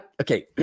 okay